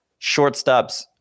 shortstops